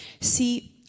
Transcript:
See